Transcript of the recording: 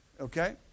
Okay